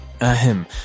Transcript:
Ahem